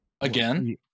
Again